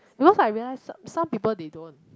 because I realise som~ some people they don't